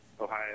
Ohio